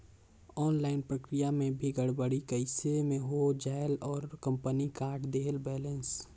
Online प्रक्रिया मे भी गड़बड़ी कइसे मे हो जायेल और कंपनी काट देहेल बैलेंस?